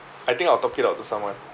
I think I'll talk it out to someone